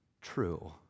true